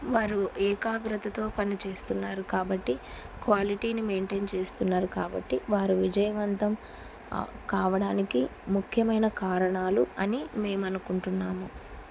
వారు ఏకాగ్రతతో పనిచేస్తున్నారు కాబట్టి క్వాలిటీని మెయింటైన్ చేస్తున్నారు కాబట్టి వారు విజయవంతం కావడానికి ముఖ్యమైన కారణాలు అని మేమ అనుకుంటున్నాము